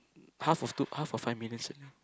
half of two half of five million set lah